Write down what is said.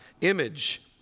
image